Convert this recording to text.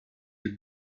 you